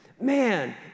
man